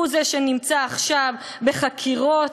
והוא זה שנמצא עכשיו בחקירות,